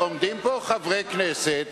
עומדים פה חברי כנסת